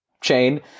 chain